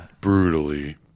brutally